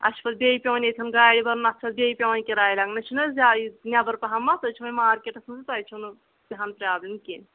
اسہِ چھُ پتہٕ بیٚیہِ پیوان ییٚتیٚن گاڑ بَرُن اتھ چھُ پتہٕ بیٚیہِ پیون کراے لاگٕنۍ مےٚ چھِنہٕ حظ جایہ نٮ۪بر پہمتھ تُہۍ چھِ وۄنۍ مارکٮ۪ٹس منزتۄہہِ چھو نہٕ تہِ ہان پرابلم کیٚنٛہہ